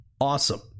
awesome